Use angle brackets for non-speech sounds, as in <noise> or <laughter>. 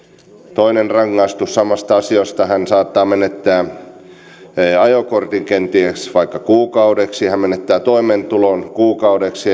toinen rangaistus samasta asiasta hän saattaa menettää ajokortin kenties vaikka kuukaudeksi hän menettää toimeentulon kuukaudeksi <unintelligible>